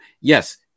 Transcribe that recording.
yes